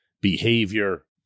behavior